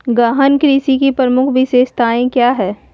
गहन कृषि की प्रमुख विशेषताएं क्या है?